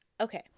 okay